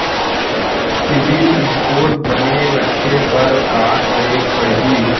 CIBIL score बने रखे बर का करे पड़ही?